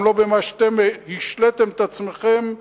גם לא במה שאתם השליתם את עצמכם,